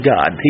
God